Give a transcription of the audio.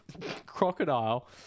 Crocodile